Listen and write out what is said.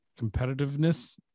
competitiveness